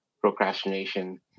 procrastination